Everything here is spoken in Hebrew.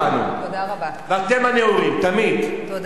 תודה רבה.